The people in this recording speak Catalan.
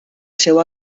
seu